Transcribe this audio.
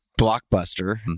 blockbuster